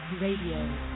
Radio